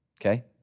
Okay